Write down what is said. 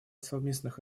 совместных